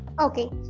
Okay